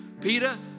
Peter